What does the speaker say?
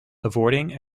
avoiding